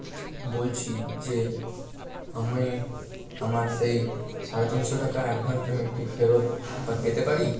বলছি যে আমি আমার সেই সাড়ে তিনশো টাকা অ্যাডভান্স পেমেন্টটি ফেরত পেতে পারি